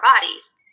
bodies